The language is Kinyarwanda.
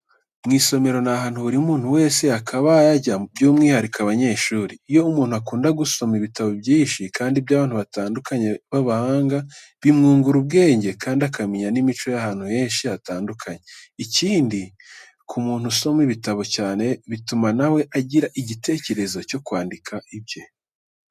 Mu isomero ni ahantu buri muntu wese yakabaye ajya by'umwihariko abanyeshuri. Iyo umuntu akunda gusoma ibitabo byinshi kandi by'abantu batandukanye b'abahanga, bimwungura ubwenge kandi akamenya n'imico y'ahantu henshi hatandukanye. Ikindi ku muntu usoma ibitabo cyane, bituma na we agira igitekerezo cyo kwandika ibye.